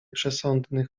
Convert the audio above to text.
przesądnych